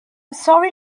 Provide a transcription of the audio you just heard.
sorry